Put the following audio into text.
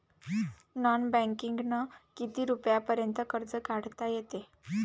Non बँकिंगनं किती रुपयापर्यंत कर्ज काढता येते?